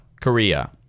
Korea